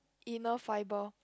inner fibre